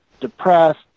depressed